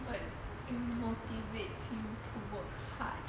but it motivates you to work hard